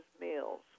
meals